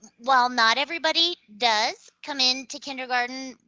while not everybody does come in to kindergarten